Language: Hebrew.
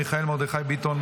מיכאל מרדכי ביטון,